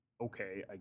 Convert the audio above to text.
Okay